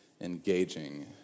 engaging